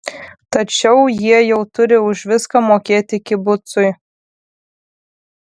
tačiau jie jau turi už viską mokėti kibucui